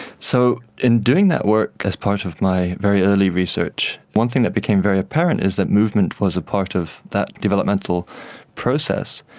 so in doing that work as part of my very early research, one thing that became very apparent is that movement was a part of that developmental process.